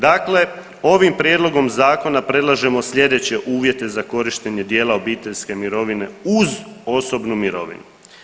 Dakle, ovim prijedlogom zakona predlažemo sljedeće uvjete za korištenje dijela obiteljske mirovine uz osobnu mirovinu.